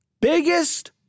biggest